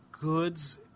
goods